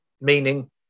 meaning